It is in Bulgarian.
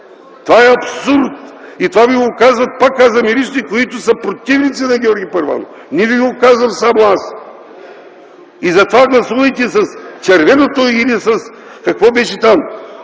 Това е абсурдно. И това Ви го казват, пак казвам, юристи, които са противници на Георги Първанов. Не Ви го казвам само аз. Затова гласувайте с червеното или с „въздържал